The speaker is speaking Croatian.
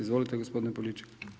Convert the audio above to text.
Izvolite gospodine Poljičak.